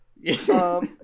Yes